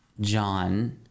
John